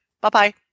Bye-bye